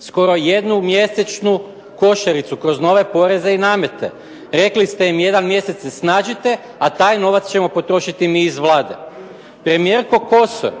skoro jednu mjesečnu košaricu, kroz nove poreze i namete. Rekli ste im jedan mjesec se snađite, a taj novac ćemo potrošiti mi iz Vlade. Premijerko Kosor,